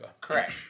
Correct